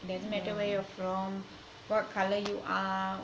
doesn't matter where you're from what colour you are